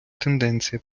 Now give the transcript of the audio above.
тенденція